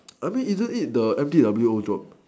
I mean isn't it the M T W o job